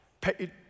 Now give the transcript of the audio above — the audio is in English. pay